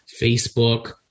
facebook